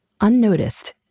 unnoticed